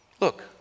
Look